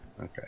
Okay